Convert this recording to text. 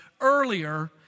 earlier